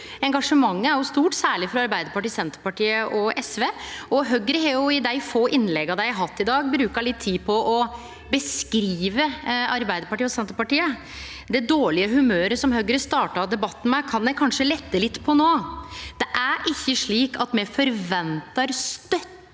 engasjementet er òg stort, særleg frå Arbeidarpartiet, Senterpartiet og SV. Høgre har i dei få innlegga dei har hatt i dag, brukt litt tid på å beskrive Arbeidarpartiet og Senterpartiet. Det dårlege humøret som Høgre starta debatten med, kan eg kanskje lette litt på no: Det er ikkje slik at me forventar støtte